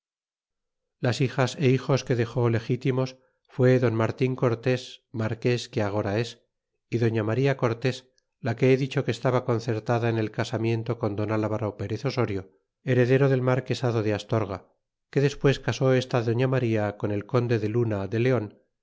las hijas é hijos que dexó legítimos fue don martin cortés marques que agora es y doña maría cortés la que be dicho que estaba concertada en el casamiento con don alvaro perez osorio heredero del marquesado de astorga que despues casó esta doña maría con el conde de luna de leon